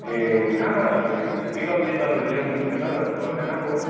ए कहाँबाट के भन्छ पिकअप चाहिँ तपाईँलाई ल्याउनु चाहिँ कहाँ तपाईँहरूको घर त कहाँ पो हो